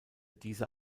diese